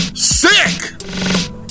SICK